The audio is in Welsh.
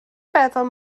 feddwl